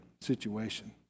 situation